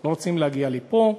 לא רוצים להגיע לפה,